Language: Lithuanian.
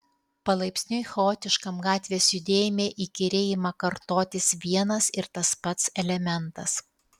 palaipsniui chaotiškam gatvės judėjime įkyriai ima kartotis vienas ir tas pats elementas